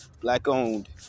Black-owned